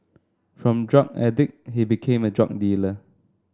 from drug addict he became a drug dealer